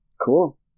cool